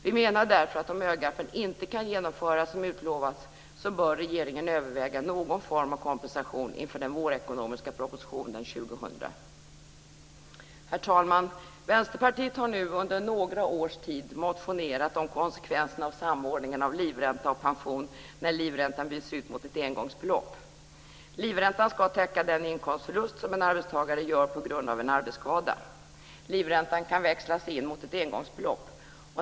Vi menar därför att om Ö-garpen inte kan genomföras som utlovats, bör regeringen överväga någon form av kompensation inför den vårekonomiska propositionen Herr talman! Vänsterpartiet har nu under några års tid motionerat om konsekvenserna av samordningen av livränta och pension när livräntan byts ut mot ett engångsbelopp. Livräntan ska täcka den inkomstförlust som en arbetstagare gör på grund av en arbetsskada. Livräntan kan växlas in mot ett engångsbelopp.